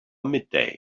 midday